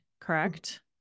correct